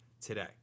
today